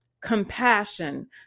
compassion